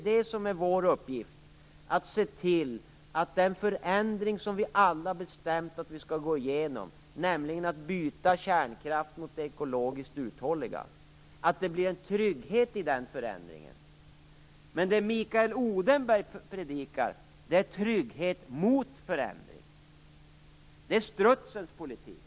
Det är vår uppgift att se till att det blir en trygghet i den förändring som vi alla har bestämt att vi skall gå igenom - nämligen att byta kärnkraft mot det som är ekologiskt uthålligt. Men det som Mikael Odenberg predikar är trygghet mot förändring. Det är strutsens politik.